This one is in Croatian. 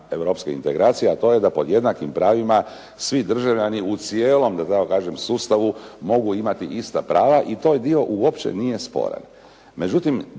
europske integracije, a to je da pod jednakim pravima svi državljani u cijelom da tako kažem sustavu mogu imati ista prava i taj dio uopće nije sporan.